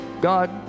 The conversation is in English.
God